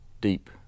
deep